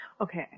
Okay